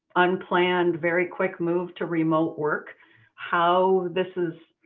unplanned very quick move to remote work how this is